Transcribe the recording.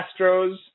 astros